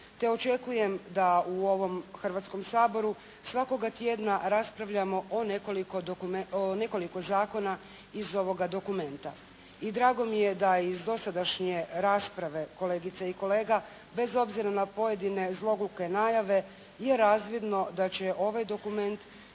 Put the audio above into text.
te očekujem da u ovom Hrvatskom saboru svakoga tjedna raspravljamo o nekoliko zakona iz ovoga dokumenta. I drago mi je da je iz dosadašnje rasprave kolegica i kolega bez obzira na pojedine zloguke najave je razvidno da će ovaj dokument